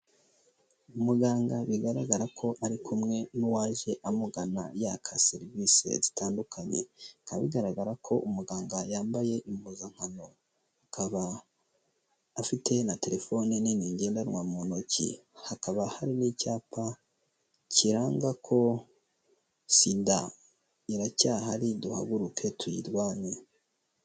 Umuganga bigaragara ko ari kumwe n'uwaje amugana yaka serivisi zitandukanye, bikaba bigaragara ko umuganga yambaye impuzankano, akaba afite na telefone nini ngendanwa mu ntoki, hakaba hari n'icyapa kiranga ko sida iracyahari duhaguruke tuyirwanye.